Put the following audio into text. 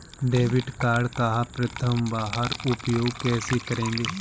Debit card का प्रथम बार उपयोग कैसे करेंगे?